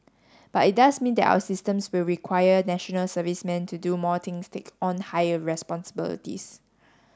but it does mean that our systems will require national servicemen to do more things take on higher responsibilities